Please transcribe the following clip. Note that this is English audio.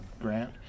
Grant